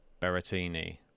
Berrettini